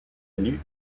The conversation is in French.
élu